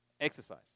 Exercise